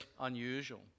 unusual